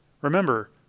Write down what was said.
Remember